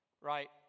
right